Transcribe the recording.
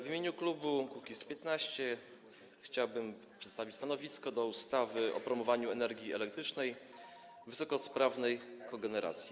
W imieniu klubu Kukiz’15 chciałbym przedstawić stanowisko wobec ustawy o promowaniu energii elektrycznej z wysokosprawnej kogeneracji.